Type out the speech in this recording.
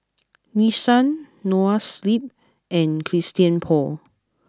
Nissan Noa Sleep and Christian Paul